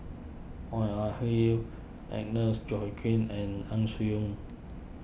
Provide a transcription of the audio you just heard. Oog Ah Hoi Agnes Joaquim and Ang Swee Aun